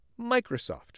Microsoft